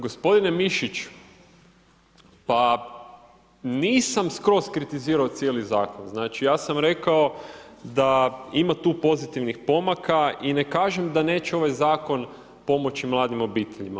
Gospodine Mišić, pa nisam skroz kritizirao cijeli zakon, znači ja sam rekao da ima tu pozitivnih pomaka i ne kažem da neće ovaj zakon pomoći mladim obiteljima.